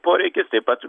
poreikis taip pat